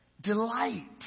Delight